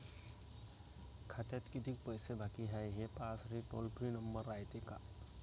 खात्यात कितीक पैसे बाकी हाय, हे पाहासाठी टोल फ्री नंबर रायते का?